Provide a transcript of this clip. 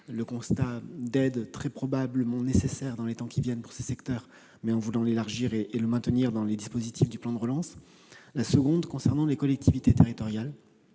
le constat qu'une aide sera très probablement nécessaire dans les temps qui viennent pour ce secteur, mais nous voulons l'élargir et la maintenir dans les dispositifs du plan de relance. Ma seconde remarque concerne les collectivités territoriales.